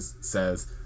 says